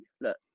look